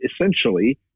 essentially